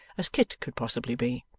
as kit could possibly be.